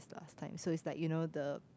last time so it's like you know the